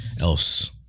else